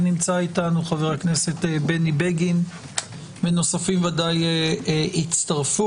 חבר הכנסת בני בגין ונוספים ודאי יצטרפו.